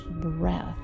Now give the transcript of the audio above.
breath